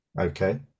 Okay